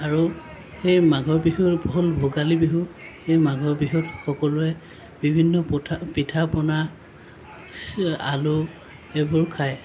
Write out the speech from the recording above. আৰু সেই মাঘৰ বিহু হ'ল ভোগালী বিহু সেই মাঘৰ বিহুত সকলোৱে বিভিন্ন পুঠা পিঠা পনা আলু এইবোৰ খায়